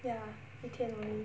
ya 一天 only